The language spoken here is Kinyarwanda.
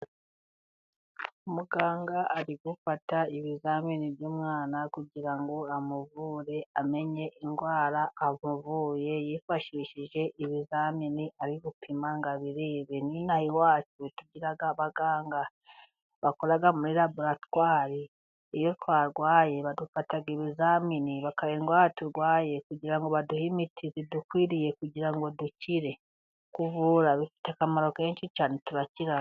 Umuganga ari gufata ibizamini by'umwana kugira ngo amuvure, amenye indwara amuvuye yifashishije ibizamini ari gupima ngo abirebe. N'inaha iwacu tugira abaganga bakora muri raboratwari, iyo twarwaye badufata ibizamini bagapima indwara turwaye kugira baduhe imiti idukwiriye, kugira ngo dukire. Kuvura bifite akamaro kenshi cyane turakira.